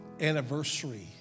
anniversary